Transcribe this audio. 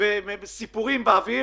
וסיפורים באוויר,